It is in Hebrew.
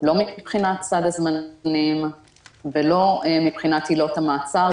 לא מבחינת סד הזמנים ולא מבחינת עילות המעצר.